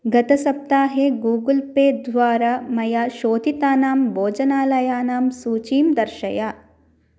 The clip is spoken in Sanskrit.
गतसप्ताहे गूगल् पे द्वारा मया शोधितानां भोजनालयानां सूचीं दर्शय